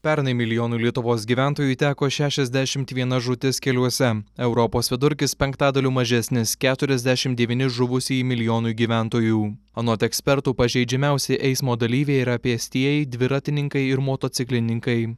pernai milijonui lietuvos gyventojų teko šešiasdešimt viena žūtis keliuose europos vidurkis penktadaliu mažesnis keturiasdešim devyni žuvusieji milijonui gyventojų anot ekspertų pažeidžiamiausi eismo dalyviai yra pėstieji dviratininkai ir motociklininkai